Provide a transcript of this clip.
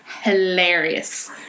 hilarious